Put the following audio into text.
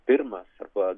pirmas arba